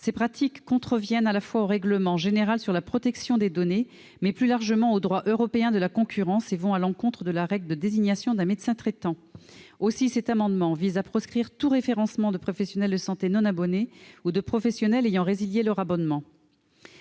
Ces pratiques contreviennent au règlement général sur la protection des données et, plus largement, au droit européen de la concurrence. Elles vont à l'encontre de la règle de désignation d'un médecin traitant. Aussi cet amendement vise-t-il à proscrire tout référencement de professionnels de santé non abonnés ou ayant résilié leur abonnement.